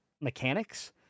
mechanics